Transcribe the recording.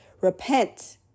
Repent